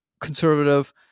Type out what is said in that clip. conservative